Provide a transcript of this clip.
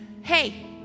hey